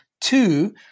two